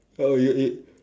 oh you got y~